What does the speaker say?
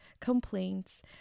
complaints